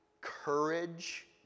courage